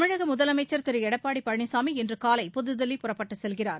தமிழக முதலமைச்சள் திரு எடப்பாடி பழனிசாமி இன்று காலை புதுதில்வி புறப்பட்டுச் செல்கிறார்